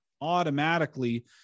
automatically